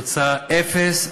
תוצאה אפס,